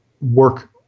work